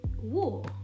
war